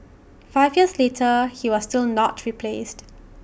five years later he was still not replaced